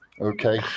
okay